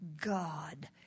God